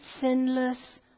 sinless